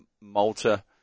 Malta